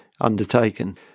undertaken